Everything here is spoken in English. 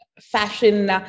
fashion